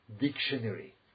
dictionary